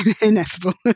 ineffable